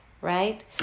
right